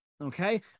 okay